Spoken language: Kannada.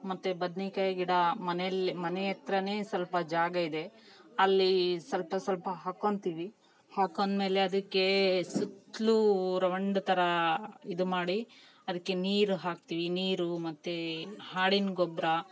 ಮತ್ತು ಬದನೇಕಾಯಿ ಗಿಡ ಮನೆಯಲ್ಲೇ ಮನೆ ಹತ್ರ ಸ್ವಲ್ಪ ಜಾಗ ಇದೆ ಅಲ್ಲೀ ಸ್ವಲ್ಪ ಸ್ವಲ್ಪ ಹಾಕೋಳ್ತೀವಿ ಹಾಕೊಂಡು ಮೇಲೆ ಅದಕ್ಕೇ ಸುತ್ತಲೂ ರೌಂಡ್ ಥರಾ ಇದು ಮಾಡಿ ಅದಕ್ಕೆ ನೀರು ಹಾಕ್ತೀವಿ ನೀರು ಮತ್ತು ಆಡಿನ ಗೊಬ್ಬರ